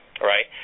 right